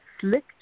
Slick